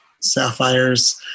sapphires